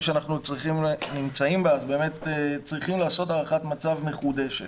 שאנחנו נמצאים בה אז באמת צריכים לעשות הערכת מצב מחודשת.